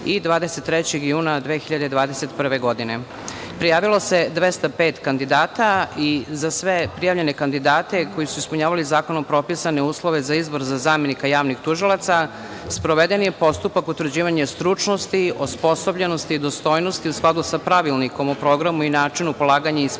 i 23. juna 2021. godine. Prijavilo se 205 kandidata i za sve prijavljene kandidate koji su ispunjavali zakonom propisane uslove za izbor za zamenika javnih tužilaca, sproveden je postupak utvrđivanja stručnosti, osposobljenosti i dostojnosti u skladu sa Pravilnikom o programu i načinu polaganja ispita, na